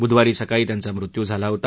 बुधवारी सकाळी त्यांचा मृत्यू झाला होता